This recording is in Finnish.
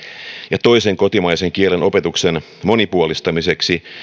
ja toisen kotimaisen kielen opetuksen monipuolistamiseksi